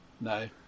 No